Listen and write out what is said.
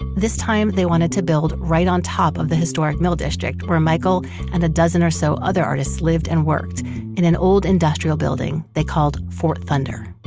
this time they wanted to build right on top of the historic mill district where michael and a dozen or so other artists lived and worked in an old industrial building they called fort thunder.